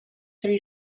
three